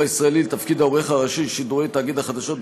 הישראלי לתפקיד העורך הראשי של שידורי תאגיד החדשות,